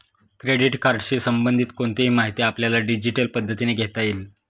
credit कार्डशी संबंधित कोणतीही माहिती आपल्याला डिजिटल पद्धतीने घेता येईल